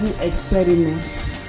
experiments